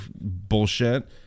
bullshit